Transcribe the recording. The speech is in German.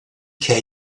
kei